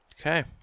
Okay